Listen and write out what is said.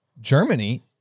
Germany